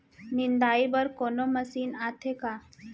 निंदाई बर कोनो मशीन आथे का?